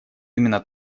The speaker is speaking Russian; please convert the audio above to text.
именно